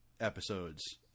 episodes